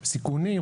סיכונים,